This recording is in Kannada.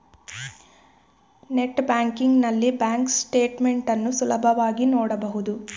ನೆಟ್ ಬ್ಯಾಂಕಿಂಗ್ ನಲ್ಲಿ ಬ್ಯಾಂಕ್ ಸ್ಟೇಟ್ ಮೆಂಟ್ ಅನ್ನು ಸುಲಭವಾಗಿ ನೋಡಬಹುದು